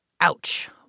Ouch